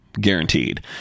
guaranteed